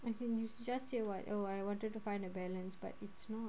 as in you just say what oh I wanted to find a balance but it's not